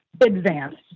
advanced